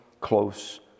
close